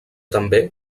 també